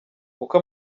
uko